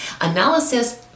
analysis